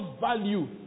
value